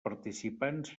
participants